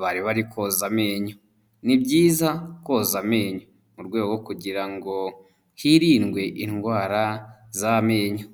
bari bari koza amenyo. Ni byiza koza amenyo murwego rwo kugira ngo hirindwe indwara z'amenyo.